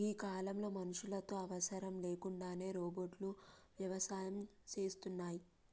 గీ కాలంలో మనుషులతో అవసరం లేకుండానే రోబోట్లు వ్యవసాయం సేస్తున్నాయి